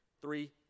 Three